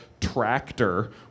tractor